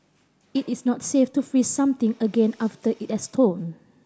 it is not safe to freeze something again after it has